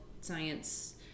science